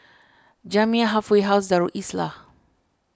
Jamiyah Halfway House Darul Islah